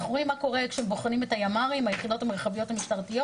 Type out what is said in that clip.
אנחנו רואים מה קורה כשבוחנים את היחידות המרחביות המשטרתיות,